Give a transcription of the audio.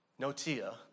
notia